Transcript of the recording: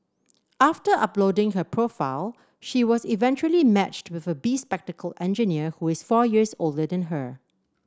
after uploading her profile she was eventually matched with a bespectacled engineer who is four years older than her